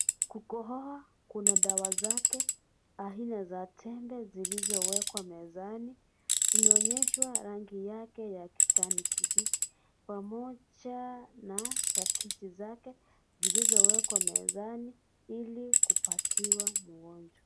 Kukohoa kuna dawa zake aina za tembe zilizowekwa mezani. Zimeonyeshwa rangi yake ya kijani kibichi, pamoja na pakiti zake, zilizowekwa mezani, ili kupatiwa mgonjwa.